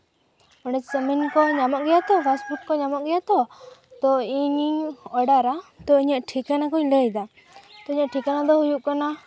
ᱱᱚᱸᱰᱮ ᱪᱟᱣᱢᱤᱱ ᱠᱚ ᱧᱟᱢᱚᱜ ᱜᱮᱭᱟ ᱛᱚ ᱯᱷᱟᱥᱴ ᱯᱷᱩᱰ ᱠᱚ ᱧᱟᱢᱚᱜ ᱜᱮᱭᱟ ᱛᱚ ᱛᱚ ᱤᱧᱤᱧ ᱚᱰᱟᱨᱟ ᱛᱚ ᱤᱧᱟᱹᱜ ᱴᱷᱤᱠᱟᱹᱱᱟ ᱠᱩᱧ ᱞᱟᱹᱭᱫᱟ ᱤᱧᱟᱹᱜ ᱴᱷᱤᱠᱟᱹᱱᱟ ᱫᱚ ᱦᱩᱭᱩᱜ ᱠᱟᱱᱟ